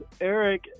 eric